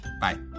Bye